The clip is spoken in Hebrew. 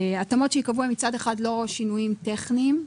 התאמות שייקבעו הן מצד אחד לא שינויים טכניים,